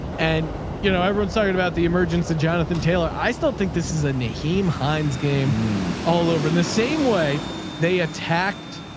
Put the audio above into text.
and you know, everyone's talking about the emergence of jonathan taylor. i still think this is a nit heme heinz game all over, in the same way they attacked.